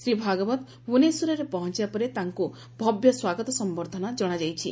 ଶ୍ରୀ ଭାଗବତ୍ ଭୁବନେଶ୍ୱରରେ ପହଞ୍ ବା ପରେ ତାଙ୍କୁ ଭବ୍ୟ ସ୍ୱାଗତ ସମ୍ୟର୍ଦ୍ଧନା ଜଶାଯାଇଛି